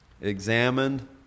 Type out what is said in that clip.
Examined